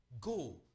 go